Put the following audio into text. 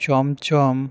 chamcham